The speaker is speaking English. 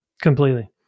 Completely